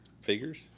Figures